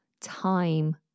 time